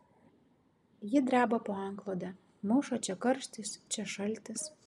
ji dreba po antklode muša čia karštis čia šaltis